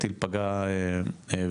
הטיל פגע ומההדף,